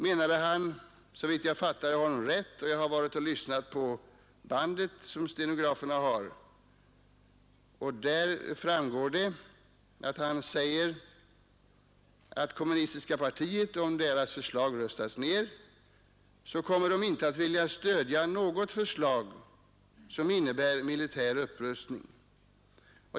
Jag har för säkerhets skull varit och lyssnat på arkivbandet hos stenograferna. Därav framgår att han säger att kommunistiska partiet, om dess förslag röstas ned, inte kommer att vilja stödja något förslag som innebär militär upprustning.